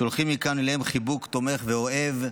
שולחים מכאן אליהן חיבוק תומך ואוהב.